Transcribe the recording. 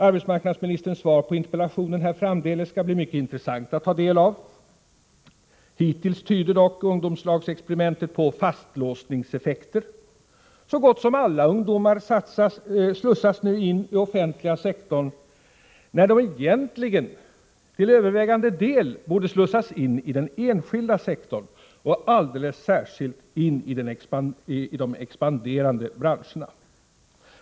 Arbetsmarknadsministerns svar på intepellationen här framdeles skall bli mycket intressant att ta del av. Hittills tyder ungdomslagsexperimentet på fastlåsningseffekter. Så gott som alla ungdomar slussas in i offentliga sektorn, när de till övervägande del borde slussas in i den enskilda sektorn och alldeles särskilt in i de expanderande branscherna.